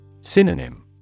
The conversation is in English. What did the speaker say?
Synonym